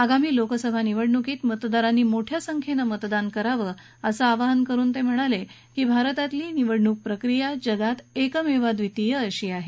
आगामी लोकसभा निवडणुकीत मतदारांनी मोठ्या संख्येनं मतदान करावं असं आवाहन करुन ते म्हणाले की भारतातली निवडणूक प्रक्रिया जगात एकमेवाद्वितीय आहे